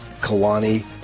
Kalani